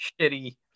shitty